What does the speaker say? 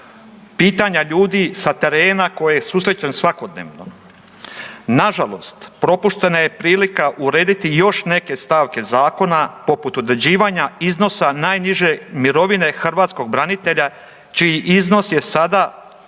pitanja ljudi sa terena koje susrećem svakodnevno. Na žalost, propuštena je prilika urediti i još neke stavke zakona poput određivanja iznosa najniže mirovine hrvatskog branitelja čiji iznos je sada